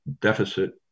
deficit